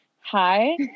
hi